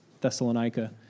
Thessalonica